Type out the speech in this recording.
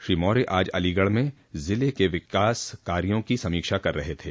श्री मौर्य आज अलीगढ़ में ज़िले के विकास कार्यों की समीक्षा कर रहे थे